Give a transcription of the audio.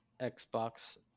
xbox